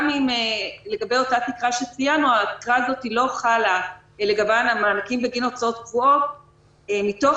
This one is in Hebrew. אותה תקרה שציינו לא חלה לגבי מענקים בגין הוצאות קבועות מתוך